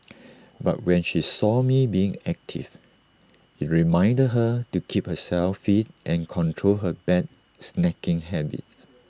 but when she saw me being active IT reminded her to keep herself fit and control her bad snacking habits